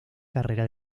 carrera